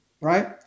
right